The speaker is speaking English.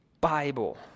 Bible